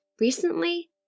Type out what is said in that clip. Recently